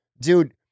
Dude